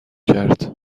کرد